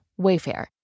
Wayfair